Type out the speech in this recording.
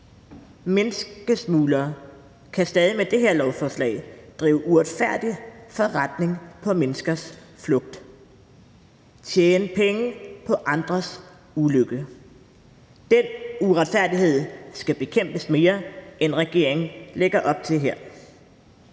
Menneskesmuglere kan stadig med det her lovforslag drive uretfærdig forretning på menneskers flugt og tjene penge på andres ulykke. Den uretfærdighed skal bekæmpes mere, end regeringen lægger op til her.